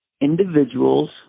individuals